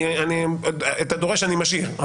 את הדורש אני משאיר,